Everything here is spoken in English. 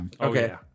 Okay